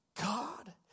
God